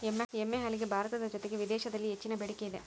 ಎಮ್ಮೆ ಹಾಲಿಗೆ ಭಾರತದ ಜೊತೆಗೆ ವಿದೇಶಿದಲ್ಲಿ ಹೆಚ್ಚಿನ ಬೆಡಿಕೆ ಇದೆ